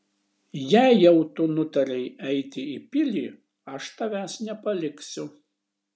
jei jau tu nutarei eiti į pilį aš tavęs nepaliksiu